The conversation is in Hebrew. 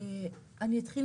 אני אתחיל